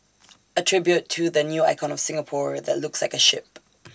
A tribute to the new icon of Singapore that looks like A ship